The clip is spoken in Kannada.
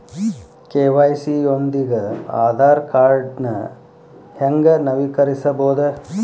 ಕೆ.ವಾಯ್.ಸಿ ಯೊಂದಿಗ ಆಧಾರ್ ಕಾರ್ಡ್ನ ಹೆಂಗ ನವೇಕರಿಸಬೋದ